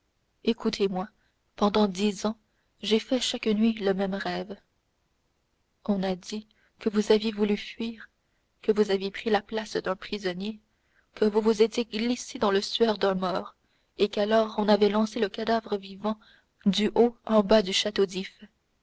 écoutez-moi pendant dix ans j'ai fait chaque nuit le même rêve on a dit que vous aviez voulu fuir que vous aviez pris la place d'un prisonnier que vous vous étiez glissé dans le suaire d'un mort et qu'alors on avait lancé le cadavre vivant du haut en bas du château